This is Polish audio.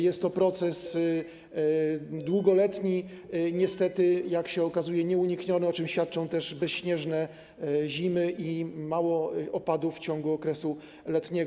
Jest to proces długoletni, niestety, jak się okazuje, nieunikniony, o czym świadczą też bezśnieżne zimy i mało opadów w ciągu okresu letniego.